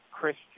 Christian